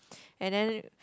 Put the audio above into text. and then